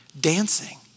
dancing